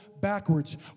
backwards